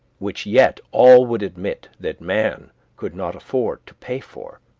which yet all would admit that man could not afford to pay for.